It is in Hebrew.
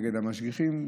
נגד המשגיחים.